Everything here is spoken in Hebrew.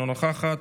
אינה נוכחת,